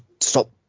stop